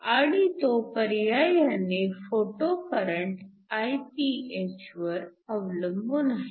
आणि तो पर्यायाने फोटो करंट Iph वर अवलंबून आहे